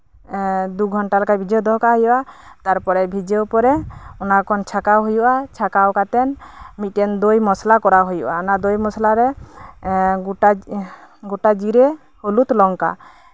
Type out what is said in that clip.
ᱫᱩ ᱜᱷᱚᱱᱴᱟ ᱞᱮᱠᱟ ᱵᱷᱤᱟᱹᱣ ᱫᱚᱦᱚ ᱠᱟᱜ ᱦᱩᱭᱩᱜᱼᱟ ᱛᱟᱨᱯᱚᱨᱮ ᱵᱷᱤᱡᱟᱹᱣ ᱯᱚᱨᱮ ᱚᱱᱟ ᱠᱷᱚᱱ ᱪᱷᱟᱠᱟᱣ ᱦᱩᱭᱩᱜᱼᱟ ᱚᱱᱟ ᱠᱷᱚᱱ ᱪᱷᱟᱠᱟᱣ ᱠᱟᱛᱮ ᱢᱤᱫᱴᱮᱱ ᱫᱳᱭ ᱢᱚᱥᱞᱟ ᱠᱚᱨᱟᱣ ᱦᱩᱭᱩᱜᱼᱟ ᱚᱱᱟ ᱫᱳᱭ ᱢᱚᱥᱞᱟ ᱨᱮ ᱜᱚᱴᱟ ᱡᱤᱨᱟᱹ ᱦᱚᱞᱩᱫ ᱞᱚᱝᱠᱟ